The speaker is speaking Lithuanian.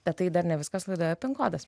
bet tai dar ne viskas laidoje pin kodas